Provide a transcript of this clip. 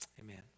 Amen